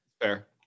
Fair